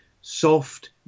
soft